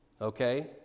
Okay